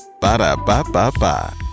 Ba-da-ba-ba-ba